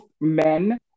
men